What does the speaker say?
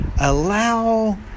Allow